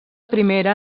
primera